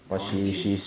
that one game